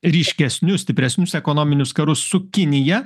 ryškesnius stipresnius ekonominius karus su kinija